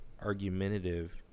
argumentative